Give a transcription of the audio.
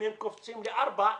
אם הם קופצים לארבע,